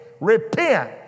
repent